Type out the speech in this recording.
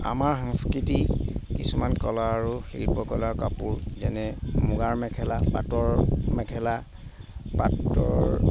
আমাৰ সাংস্কৃতিক কিছুমান কলা আৰু শিল্পকলকলাৰ কাপোৰ যেনে মুগাৰ মেখেলা পাটৰ মেখেলা পাটৰ